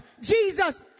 Jesus